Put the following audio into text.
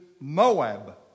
Moab